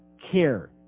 care